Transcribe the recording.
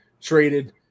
traded